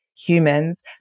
humans